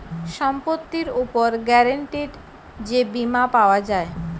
সম্পত্তির উপর গ্যারান্টিড যে বীমা পাওয়া যায়